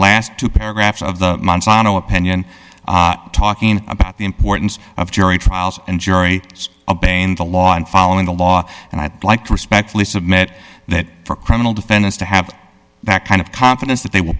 last two paragraphs of the monsanto opinion talking about the importance of jury trials and jury has obtained the law and following the law and i'd like to respectfully submit that for criminal defendants to have that kind of confidence that they will